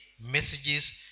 messages